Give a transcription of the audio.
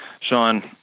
Sean